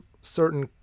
certain